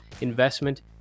investment